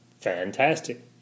fantastic